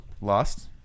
Lost